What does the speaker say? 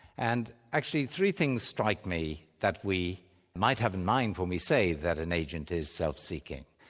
and actually three things strike me that we might have in mind when we say that an agent is self-seeking.